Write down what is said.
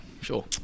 Sure